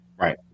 Right